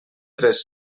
tres